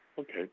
okay